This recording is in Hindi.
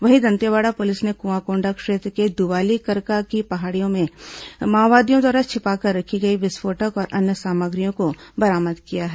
वहीं दंतेवाड़ा पुलिस ने कुआंकोंडा क्षेत्र के दुवाली करका की पहाड़ियों में माओवादियों द्वारा छिपा कर रखी गई विस्फोटक और अन्य सामग्रियों को बरामद किया है